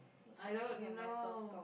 I don't know